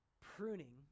pruning